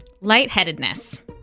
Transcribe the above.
Lightheadedness